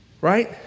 right